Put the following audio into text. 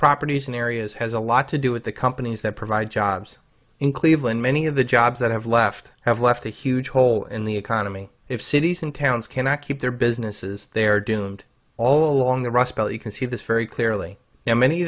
properties in areas has a lot to do with the companies that provide jobs in cleveland many of the jobs that have left have left a huge hole in the economy if cities and towns cannot keep their businesses they are doomed all along the rust belt you can see this very clearly now many